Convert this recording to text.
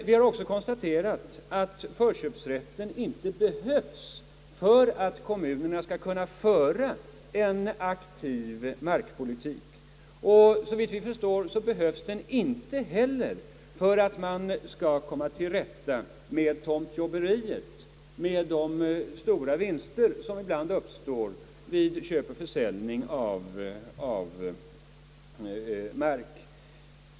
Vi har också konstaterat att förköpsrätten inte behövs för att kommunerna skall kunna föra en aktiv markpolitik. Såvitt jag förstår behövs den inte heller för att man skall komma till rätta med tomtjobberiet, alltså med de stora vinster som ibland uppstår vid köp och försäljning av mark.